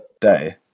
day